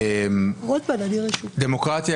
דמוקרטיה,